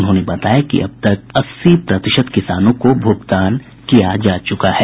उन्होंने बताया कि अब तक अस्सी प्रतिशत किसानों को भुगतान किया जा चुका है